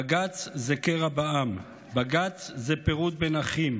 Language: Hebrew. בג"ץ זה קרע בעם, בג"ץ זה פירוד בין אחים,